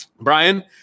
Brian